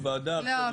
הוועדה פה --- לא,